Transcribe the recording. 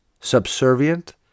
subservient